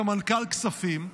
סמנכ"ל כספים,